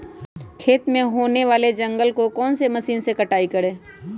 खेत में होने वाले जंगल को कौन से मशीन से कटाई करें?